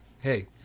hey